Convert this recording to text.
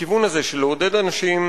בכיוון הזה של לעודד אנשים,